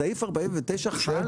סעיף 49 חל על ההליך הזה.